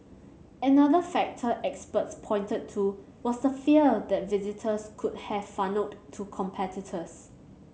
another factor experts pointed to was the fear that visitors could be funnelled to competitors